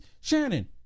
Shannon